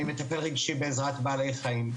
אני מטפל רגשי בעזרת בעלי חיים.